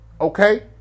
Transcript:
okay